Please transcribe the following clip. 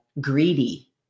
greedy